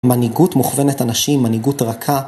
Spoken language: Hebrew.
מנהיגות מוכוונת אנשים, מנהיגות רכה.